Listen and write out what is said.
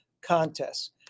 contests